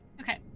Okay